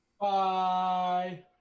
Bye